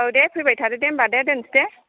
औ दे फैबाय थादोदे होनबा दे दोननोसै दे